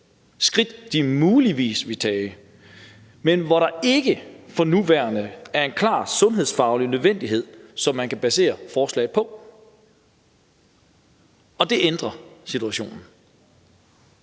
skridt, de muligvis vil tage, men hvor der ikke for nuværende er en klar sundhedsfaglig nødvendighed, som man kan basere forslaget på, og det ændrer situationen.